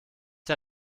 der